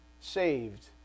saved